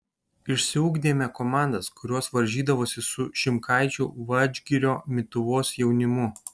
išsiugdėme komandas kurios varžydavosi su šimkaičių vadžgirio mituvos jaunimu